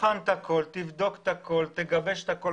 תבחן את הכול, תבדוק את הכול, תגבש את הכול.